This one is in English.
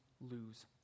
lose